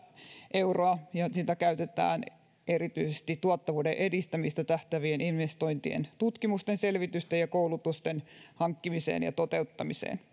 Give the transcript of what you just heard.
euroa ja sitä käytetään erityisesti tuottavuuden edistämiseen tähtäävien investointien tutkimusten selvitysten ja koulutusten hankkimiseen ja toteuttamiseen